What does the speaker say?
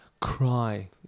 cry